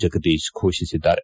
ಜಗದೀಶ್ ಘೋಷಿಸಿದ್ದಾರೆ